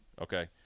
Okay